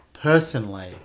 personally